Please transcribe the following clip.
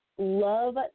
love